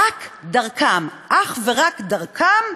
רק דרכם, אך ורק דרכם,